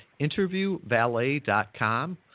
interviewvalet.com